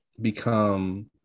become